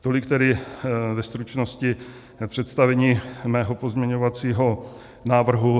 Tolik ve stručnosti představení mého pozměňovacího návrhu.